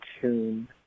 tune